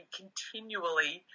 continually